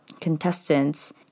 contestants